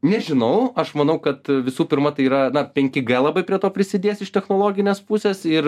nežinau aš manau kad visų pirma tai yra na penki g labai prie to prisidės iš technologinės pusės ir